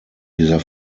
dieser